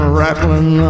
rattling